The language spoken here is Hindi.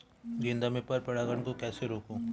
गेंदा में पर परागन को कैसे रोकुं?